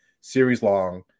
series-long